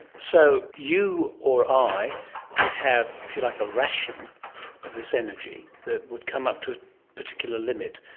so you or i would have, if you like, a ration of this energy that would come up to a particular limit,